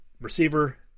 receiver